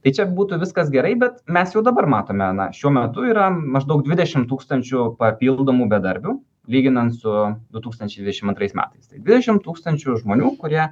tai čia būtų viskas gerai bet mes jau dabar matome na šiuo metu yra maždaug dvidešimt tūkstančių papildomų bedarbių lyginant su du tūkstančiai dvidešimt antrais metais dvidešimt tūkstančių žmonių kurie